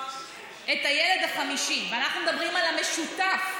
את הילד החמישי, ואנחנו מדברים על המשותף.